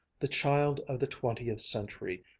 the child of the twentieth century,